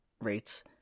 rates